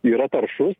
yra taršus